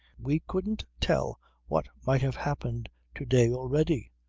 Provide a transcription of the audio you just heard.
we couldn't tell what might have happened to-day already.